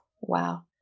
Wow